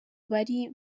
bari